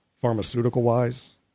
pharmaceutical-wise